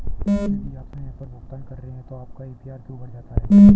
यदि आप समय पर भुगतान कर रहे हैं तो आपका ए.पी.आर क्यों बढ़ जाता है?